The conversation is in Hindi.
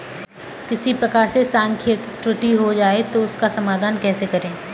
किसी प्रकार से सांख्यिकी त्रुटि हो जाए तो उसका समाधान कैसे करें?